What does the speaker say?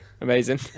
Amazing